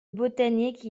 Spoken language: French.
botanique